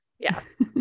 Yes